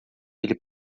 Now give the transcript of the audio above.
ele